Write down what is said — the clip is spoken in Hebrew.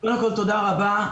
קודם כול, תודה רבה,